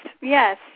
yes